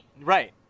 Right